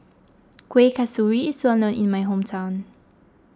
Kuih Kasturi is well known in my hometown